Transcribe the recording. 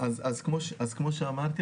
אז כמו שאמרתי,